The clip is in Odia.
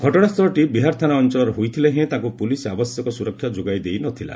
ଘଟଣାସ୍ଥଳଟି ବିହାର ଥାନା ଅଞ୍ଚଳର ହୋଇଥିଲେ ହେଁ ତାଙ୍କୁ ପୁଲିସ୍ ଆବଶ୍ୟକ ସୁରକ୍ଷା ଯୋଗାଇ ଦେଇନଥିଲା